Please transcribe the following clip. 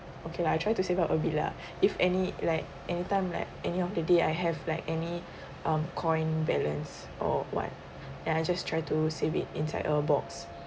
okay lah I try to save up a bit lah if any like anytime like any of the day I have like any um coin balance or what and I just try to save it inside a box